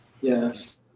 Yes